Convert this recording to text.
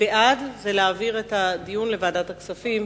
בעד, זה להעביר את הדיון לוועדת הכספים.